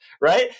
right